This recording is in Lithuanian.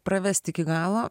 pravesti iki galo